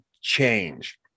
change